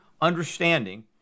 understanding